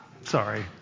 Sorry